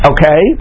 Okay